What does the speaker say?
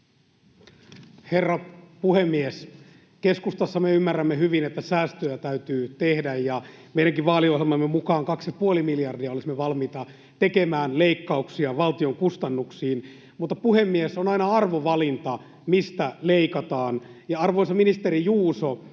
Herra puhemies! Me keskustassa ymmärrämme hyvin, että säästöjä täytyy tehdä, ja meidänkin vaaliohjelmamme mukaan olisimme valmiita tekemään 2,5 miljardia leikkauksia valtion kustannuksiin. Puhemies! On aina arvovalinta, mistä leikataan, ja, arvoisa ministeri Juuso,